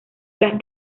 las